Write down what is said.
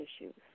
issues